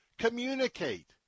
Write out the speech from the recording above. communicate